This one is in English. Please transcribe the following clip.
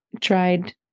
tried